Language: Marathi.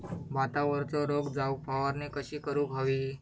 भातावरचो रोग जाऊक फवारणी कशी करूक हवी?